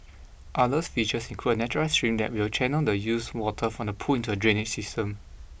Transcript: others features include a naturalised stream that will channel the used water from the pool into a drainage system